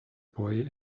boy